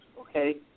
Okay